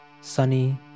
sunny